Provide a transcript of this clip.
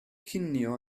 cinio